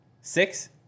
Six